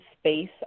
space